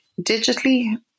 digitally